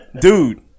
Dude